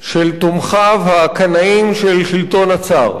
של תומכיו הקנאים של שלטון הצאר,